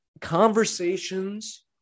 conversations